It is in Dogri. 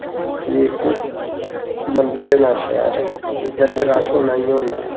एह् इक मंदरें दा शैह्र ऐ इद्धर ते रश होना गै होना